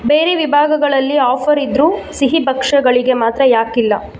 ಬೇರೆ ವಿಭಾಗಗಳಲ್ಲಿ ಆಫರ್ ಇದ್ದರೂ ಸಿಹಿ ಭಕ್ಷ್ಯಗಳಿಗೆ ಮಾತ್ರ ಯಾಕಿಲ್ಲ